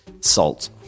salt